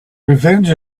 revenge